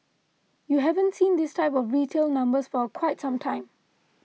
you haven't seen this type of retail numbers for quite some time